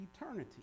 eternity